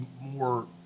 more